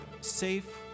safe